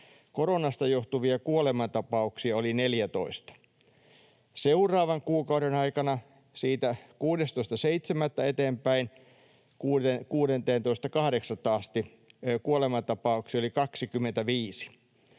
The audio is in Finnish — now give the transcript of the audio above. koronasta johtuvia kuolemantapauksia oli 14. Seuraavan kuukauden aikana — siitä 16.7. eteenpäin 16.8. asti — kuolemantapauksia oli 25.